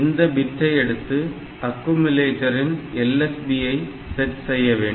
இந்தப் பிட்டை எடுத்து அக்குமுலேட்டரின் LSB ஐ செட் செய்ய வேண்டும்